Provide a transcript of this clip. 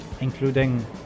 including